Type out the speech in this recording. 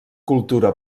cultura